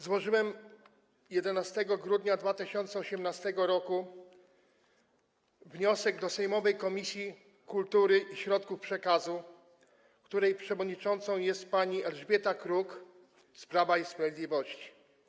Złożyłem 11 grudnia 2018 r. wniosek do sejmowej Komisji Kultury i Środków Przekazu, której przewodniczącą jest pani Elżbieta Kruk z Prawa i Sprawiedliwości.